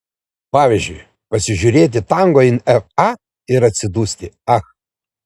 pavyzdžiui pasižiūrėti tango in fa ir atsidusti ach